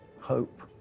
hope